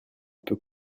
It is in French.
peut